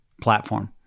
platform